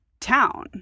town